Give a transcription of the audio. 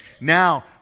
now